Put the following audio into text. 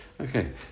Okay